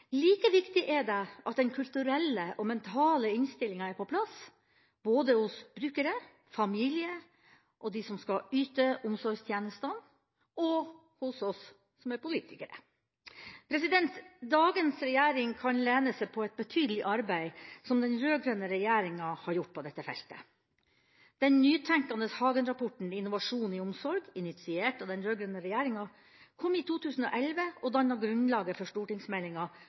Like viktige er det at den kulturelle og mentale innstillinga er på plass – både hos brukere, familie, de som skal yte omsorgstjenestene og hos oss som er politikere. Dagens regjering kan lene seg på et betydelig arbeid som den rød-grønne regjeringa har gjort på dette feltet. Den nytenkende Hagen-rapporten Innovasjon i omsorg, initiert av den rød-grønne regjeringa, kom i 2011 og dannet grunnlaget for stortingsmeldinga